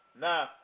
Now